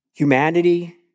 Humanity